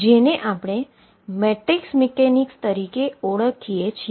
જેને આપણે matrix mechanics તરીકે ઓળખીએ છીએ